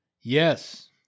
Yes